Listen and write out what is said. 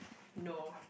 no